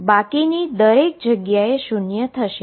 અને બાકી દરેક જગ્યાએ શુન્ય થશે